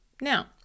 Now